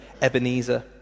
Ebenezer